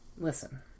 Listen